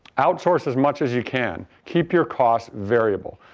outsource as much as you can. keep your costs variable.